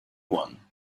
one